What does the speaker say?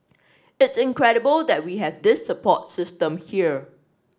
it's incredible that we have this support system here